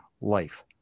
life